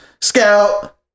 Scout